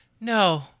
No